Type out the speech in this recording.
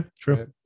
true